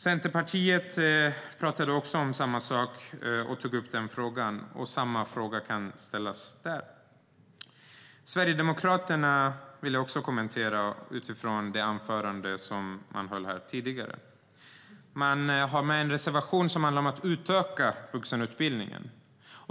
Centerpartiet tog upp samma sak, och samma fråga kan ställas till dem. Sverigedemokraterna har en reservation där man vill utöka vuxenutbildningen.